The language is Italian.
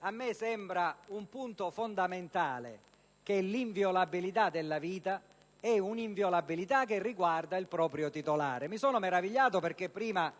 a me sembra un punto fondamentale che l'inviolabilità della vita sia un'inviolabilità che riguardi il proprio titolare. Mi sono meravigliato, perché prima